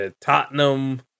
Tottenham